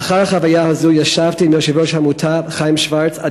לאחר החוויה הזו ישבתי עם יושב-ראש העמותה חיים שוורץ,